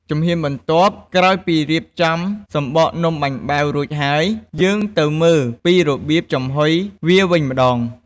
ជំហានបន្ទាប់ ក្រោយពីរៀបចំសំបកនំបាញ់បែវរួចហើយ យើងទៅមើលពីរបៀបចំហុយវាវិញម្ដង។